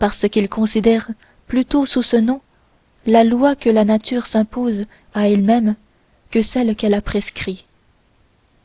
parce qu'ils considèrent plutôt sous ce nom la loi que la nature s'impose à elle-même que celle qu'elle prescrit